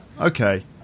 Okay